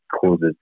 causes